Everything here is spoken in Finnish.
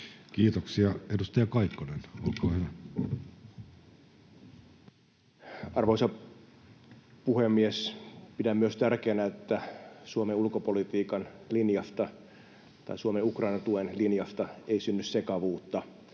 Time: 15:13 Content: Arvoisa puhemies! Pidän myös tärkeänä, että Suomen ulkopolitiikan linjasta tai Suomen Ukrainan tuen linjasta ei synny sekavuutta.